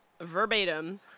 verbatim